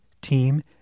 team